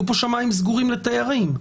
היו פה שמיים סגורים לתיירים.